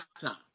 time